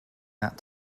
that